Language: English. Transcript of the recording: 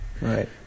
right